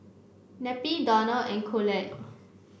Neppie Donal and Coolidge